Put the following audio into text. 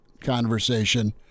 conversation